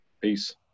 Peace